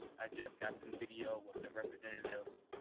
i just got some video of the representatives.